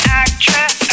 actress